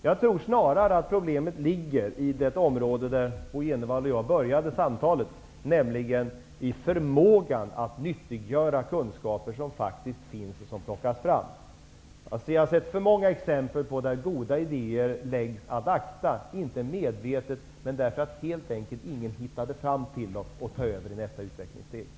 Jag tror snarare att problemet ligger på det område där Bo G Jenevall och jag började samtalet, nämligen i förmågan att nyttiggöra kunskaper som faktiskt finns och kan plockas fram. Jag har sett för många exempel där goda idéer läggs ad acta, inte medvetet, men därför att ingen hittade fram till dem för att ta över dem till nästa utvecklingssteg.